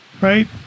right